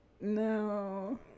No